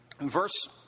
verse